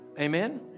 Amen